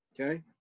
okay